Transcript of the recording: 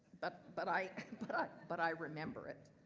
but but i but but i remember it.